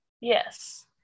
Yes